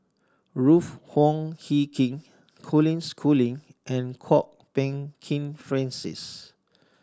Ruth Wong Hie King Colin Schooling and Kwok Peng Kin Francis